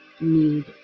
need